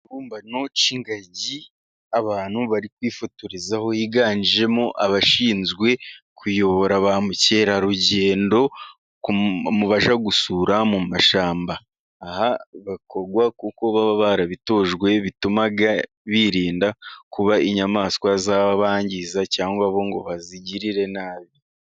Ikibumbano cy'ingagi abantu bari kwifotorezaho, higanjemo abashinzwe kuyobora ba mukerarugendo bafasha gusura mu mashyamba aha bakorwa kuko baba barabitojwe bituma birinda kuba inyamaswa zbangiza cyangwa bo ngo bazigirire nabi.